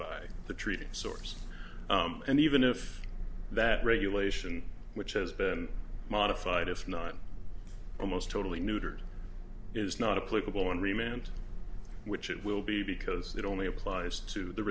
by the treating source and even if that regulation which has been modified if not almost totally neutered is not a political one remains which it will be because that only applies to the